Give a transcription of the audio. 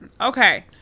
Okay